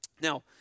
Now